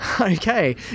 Okay